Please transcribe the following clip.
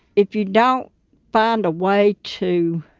if you don't find a way to